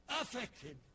affected